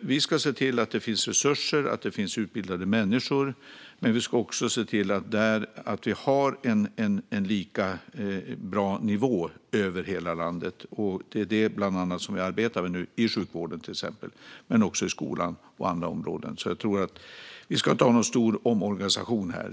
Vi ska se till att det finns resurser och att det finns utbildade människor, men vi ska också se till att vi har en lika bra nivå över hela landet. Det är bland annat det vi arbetar med nu, till exempel i sjukvården men också i skolan och på andra områden. Vi ska inte ha någon stor omorganisation här.